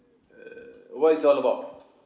err what it's all about